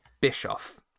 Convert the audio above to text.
Bischoff